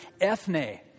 ethne